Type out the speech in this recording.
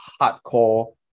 hardcore